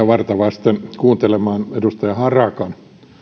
varta vasten kuuntelemaan edustaja harakan